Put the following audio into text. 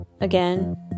Again